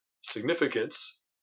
significance